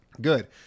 Good